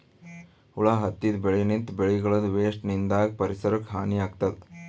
ಹುಳ ಹತ್ತಿದ್ ಬೆಳಿನಿಂತ್, ಬೆಳಿಗಳದೂ ವೇಸ್ಟ್ ನಿಂದಾಗ್ ಪರಿಸರಕ್ಕ್ ಹಾನಿ ಆಗ್ತದ್